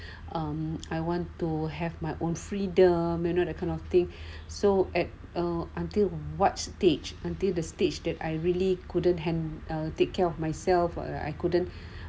um I want to have my own freedom you know that kind of thing so at err until what stage until the stage that I really couldn't hand~ uh take care of myself or I couldn't